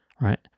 right